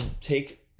take